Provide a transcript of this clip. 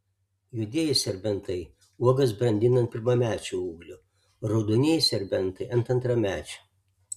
juodieji serbentai uogas brandina ant pirmamečių ūglių o raudonieji serbentai ant antramečių